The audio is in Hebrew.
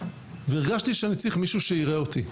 והרגשתי שאני צריך מישהו שייראה אותי.